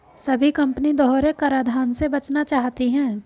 सभी कंपनी दोहरे कराधान से बचना चाहती है